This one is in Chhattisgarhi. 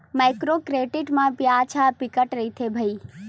माइक्रो क्रेडिट म बियाज ह बिकट रहिथे भई